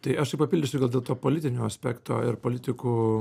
tai aš tik papildysiu gal dėl to politinio aspekto ir politikų